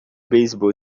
beisebol